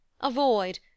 Avoid